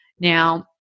Now